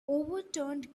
overturned